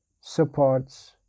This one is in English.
supports